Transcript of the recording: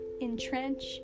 entrench